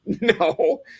no